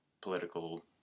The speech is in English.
political